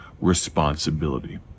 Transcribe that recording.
responsibility